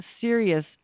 serious